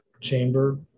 chamber